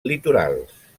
litorals